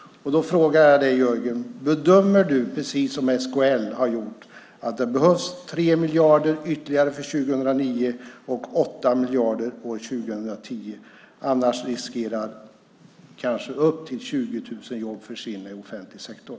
Då frågar jag dig, Jörgen: Bedömer du, precis som SKL har gjort, att det behövs 3 miljarder ytterligare för 2009 och 8 miljarder 2010? Annars riskerar kanske upp till 20 000 jobb att försvinna ur offentlig sektor.